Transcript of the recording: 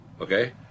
okay